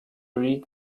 read